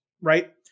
Right